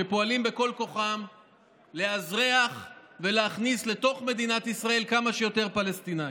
שפועלים בכל כוחם לאזרח ולהכניס לתוך מדינת ישראל כמה שיותר פלסטינים.